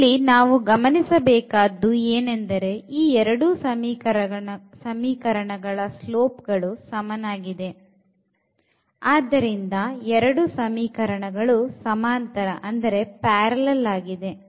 ಇಲ್ಲಿ ನಾವು ಗಮನಿಸಬೇಕಾದ್ದು ಏನೆಂದರೆ ಈ ಎರಡು ಸಮೀಕರಣಗಳ ಸ್ಲೋಪ್ ಗಳು ಸಮನಾಗಿದೆ ಆದ್ದರಿಂದ ಎರಡು ಸಮೀಕರಣಗಳು ಸಮಾಂತರವಾಗಿದೆ